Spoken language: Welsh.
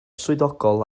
swyddogol